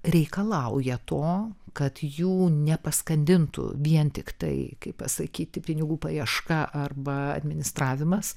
reikalauja to kad jų nepaskandintų vien tiktai kaip pasakyti pinigų paieška arba administravimas